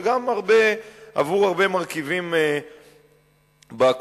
וגם עבור הרבה מרכיבים בקואליציה,